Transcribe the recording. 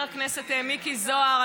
חבר הכנסת מיקי זוהר,